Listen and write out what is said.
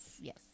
Yes